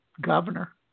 governor